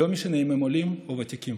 לא משנה אם הם עולים או ותיקים.